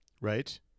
right